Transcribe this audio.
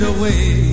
away